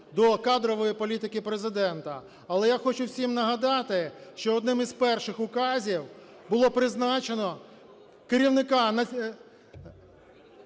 до кадрової політики Президента. Але я хочу всім нагадати, що одним із перших указів було призначено керівника